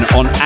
on